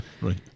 Right